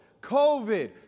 COVID